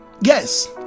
Yes